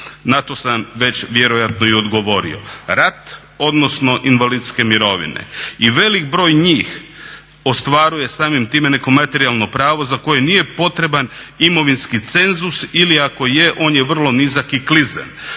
Na to sam vjerojatno već i odgovori. Rat odnosno invalidske mirovine. I velik broj njih ostvaruje samim time neko materijalno pravo za koje nije potreban imovinski cenzus ili ako je on je vrlo nizak i klizav.